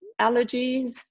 allergies